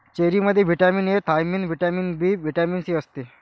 चेरीमध्ये vitamin A, thiamine, vitamin B, vitamin C असते